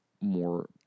more